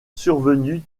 survenu